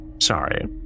Sorry